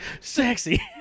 sexy